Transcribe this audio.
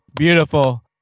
Beautiful